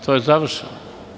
To je završeno.